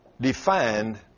defined